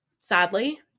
sadly